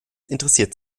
interessiert